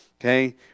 Okay